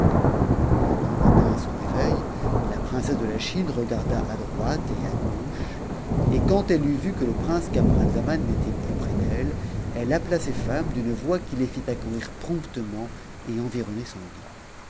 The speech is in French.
la princesse de la chiuc regarda a droite et à gauche et quand elle eut vu que le prince camaraizaman plus près d'elle elle appela ses femmes d'une voix qui les fit acco il promptement et environner son it